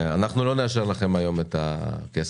לא נאשר לכם היום את הכסף.